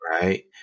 right